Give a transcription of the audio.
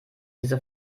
diese